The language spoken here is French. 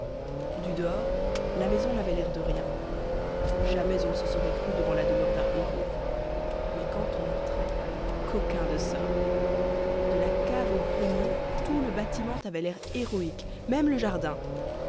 du dehors la maison n'avait l'air de rien jamais on ne se serait cru devant la demeure d'un héros mais quand on entrait coquin de sort de la cave au grenier tout le bâtiment avait l'air héroïque même le jardin